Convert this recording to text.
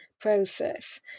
process